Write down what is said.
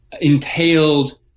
entailed